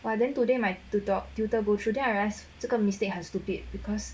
!wah! then today my two dog tutor go through then I realised 这个 mistake 很 stupid because